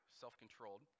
self-controlled